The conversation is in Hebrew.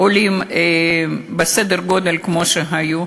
עולים בסדר גודל כמו שהיו,